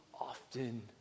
often